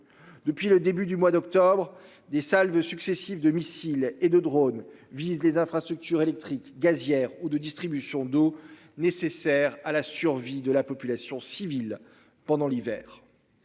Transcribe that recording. Depuis le début du mois d'octobre des salves successives de missiles et de drone visent les infrastructures électriques et gazières ou de distribution d'eau nécessaires à la survie de la population civile pendant l'hiver.